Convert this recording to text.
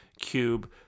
cube